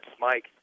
Mike